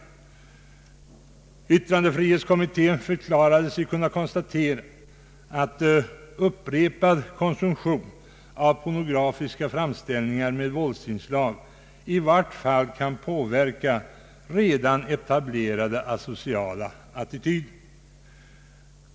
Yttrandefrihetskommittén = förklarar sig kunna konstatera att upprepad konsumtion av pornografiska framställ ningar med våldsinslag i vart fall kan påverka redan etablerade asociala attityder.